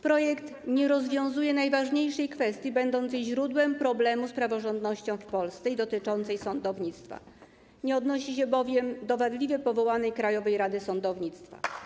Projekt nie rozwiązuje najważniejszej kwestii będącej źródłem problemu z praworządnością w Polsce i dotyczącej sądownictwa, nie odnosi się bowiem do wadliwie powołanej Krajowej Rady Sądownictwa.